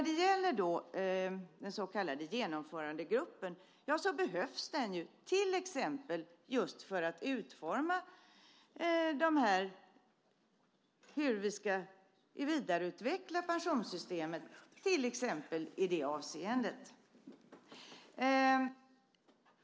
Den så kallade Genomförandegruppen behövs till exempel för att utforma hur vi ska vidareutveckla pensionssystemet i det avseendet.